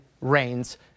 rains